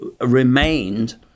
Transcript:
remained